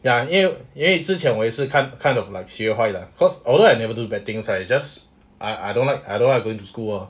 ya 因为因为之前我也是 kind of kind of like 坏的 cause although I never do bad things lah is just I I don't like I don't like to going to school lor